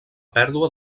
pèrdua